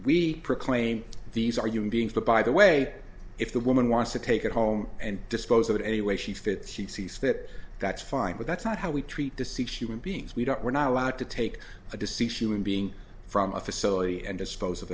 we proclaim these are human beings but by the way if the woman wants to take it home and dispose of it any way she fits she sees that that's fine but that's not how we treat the six human beings we don't we're not allowed to take a deceased human being from a facility and dispose of